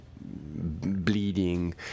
bleeding